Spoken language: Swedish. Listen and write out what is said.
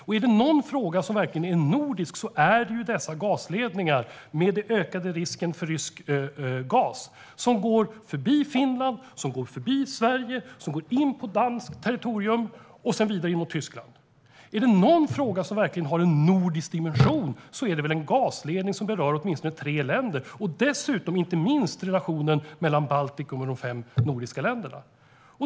Är det någon fråga som verkligen är nordisk är det dessa gasledningar, med den ökade risken för rysk gas, som går förbi Finland, som går förbi Sverige, som går in på danskt territorium och sedan vidare in mot Tyskland. Är det någon fråga som verkligen har en nordisk dimension är det väl en gasledning som berör åtminstone tre länder. Dessutom berörs inte minst relationen mellan Baltikum och de fem nordiska länderna.